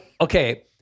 okay